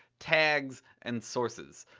tags and sources.